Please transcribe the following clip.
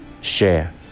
share